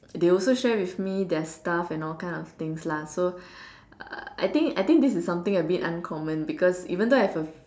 they also share with me their stuff and all kind of things lah so I think I think this is something a bit uncommon because even though I have a